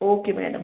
okay madam